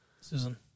Susan